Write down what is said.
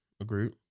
Agreed